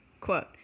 quote